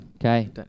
Okay